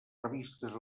revistes